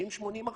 60%-80%.